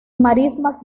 marismas